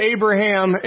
Abraham